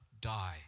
die